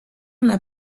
n’a